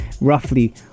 roughly